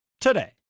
today